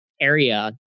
area